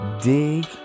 Dig